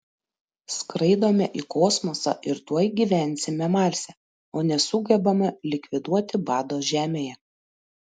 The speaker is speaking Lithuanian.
skraidome į kosmosą ir tuoj gyvensime marse o nesugebame likviduoti bado žemėje